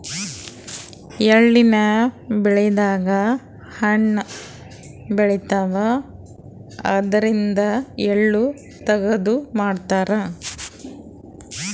ಎಳ್ಳಿನ್ ಬೆಳಿದಾಗ್ ಹಣ್ಣ್ ಬೆಳಿತಾವ್ ಅದ್ರಾಗಿಂದು ಎಳ್ಳ ತಗದು ಮಾರ್ತಾರ್